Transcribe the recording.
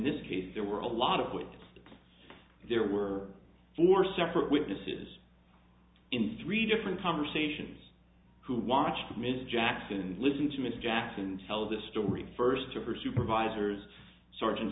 this case there were a lot of what there were four separate witnesses in three different conversations who watched mrs jackson and listened to miss jackson tell the story first to her supervisors sergeant